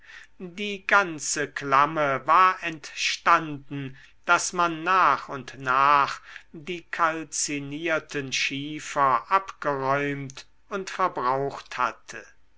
die ganze klamme war entstanden daß man nach und nach die kalzinierten schiefer abgeräumt und verbraucht hatte